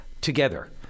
together